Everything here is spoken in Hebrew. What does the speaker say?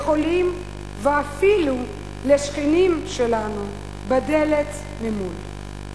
לחולים, ואפילו לשכנים שלנו בדלת ממול.